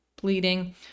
bleeding